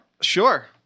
Sure